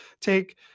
take